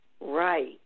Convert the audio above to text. Right